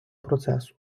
процесу